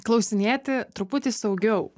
klausinėti truputį saugiau